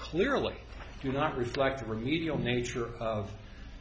clearly do not reflect a remedial nature of